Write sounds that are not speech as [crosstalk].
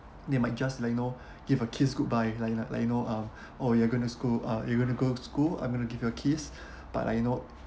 they might just like you know [breath] give a kiss goodbye like like you know um [breath] oh you're going to school uh if you are going to go school I'm going to give you a kiss [breath] but like you know